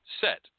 set